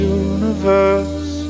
universe